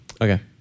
Okay